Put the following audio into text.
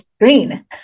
green